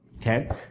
Okay